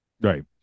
Right